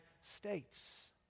States